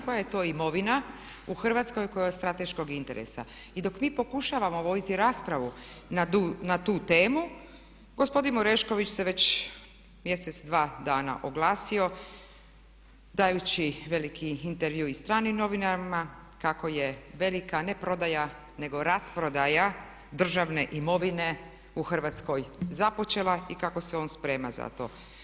Koja je to imovina u Hrvatskoj koja je strateškog interesa i dok mi pokušavamo voditi raspravu na tu temu, gospodin Orešković se već mjesec, dva dana oglasio dajući veliki intervju i stranim novinarima kako je velika ne prodaja nego rasprodaja državne imovine u Hrvatskoj započela i kako se on sprema za to.